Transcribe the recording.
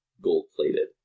gold-plated